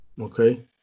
Okay